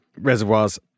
reservoirs